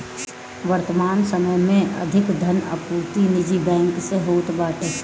वर्तमान समय में अधिका धन आपूर्ति निजी बैंक से होत बाटे